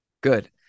Good